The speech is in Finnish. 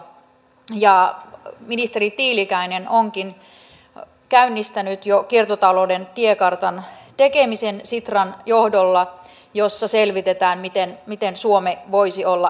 ja ministeri tiilikainen onkin jo käynnistänyt sitran johdolla kiertotalouden tiekartan tekemisen jossa selvitetään miten suomi voisi olla edelläkävijämaa